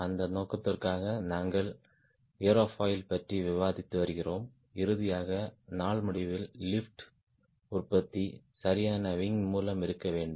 அந்த நோக்கத்திற்காக நாங்கள் ஏரோஃபாயில் பற்றி விவாதித்து வருகிறோம் இறுதியாக நாள் முடிவில் லிப்ட் உற்பத்தி சரியான விங் மூலம் இருக்க வேண்டும்